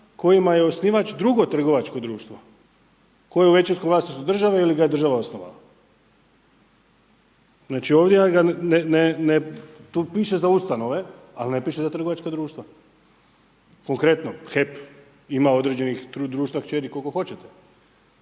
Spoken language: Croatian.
kojima je osnivač drugo trgovačko društvo koje je u većinskom vlasništvu države ili ga je država osnovala? Znači ovdje, tu piše za ustanove, ali ne piše za trgovačka društva. Konkretno, HEP ima određenih društva kćeri koliko hoćete.